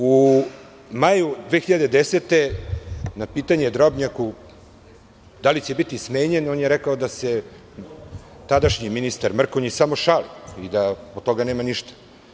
U maju 2010. godine, na pitanje – da li će biti smenjen, Drobnjak je rekao da se tadašnji ministar Mrkonjić samo šali i da od toga nema ništa.